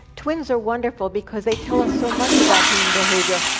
twins are wonderful, because they tell us so much about human behavior,